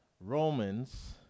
Romans